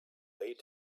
lay